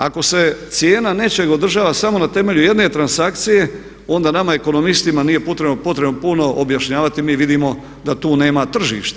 Ako se cijena nečeg održava samo na temelju jedne transakcije onda nama ekonomistima nije potrebno potrebno puno objašnjavati mi vidimo da tu nema tržišta.